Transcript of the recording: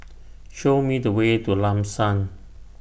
Show Me The Way to Lam San